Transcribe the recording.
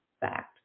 fact